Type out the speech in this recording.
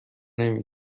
نمی